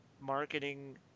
marketing